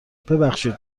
ببخشید